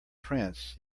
prince